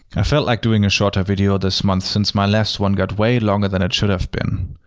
i felt like doing a shorter video this month, since my last one got way longer than it should have been.